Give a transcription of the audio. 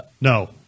No